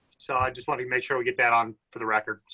so i just want to make sure we get that on for the record.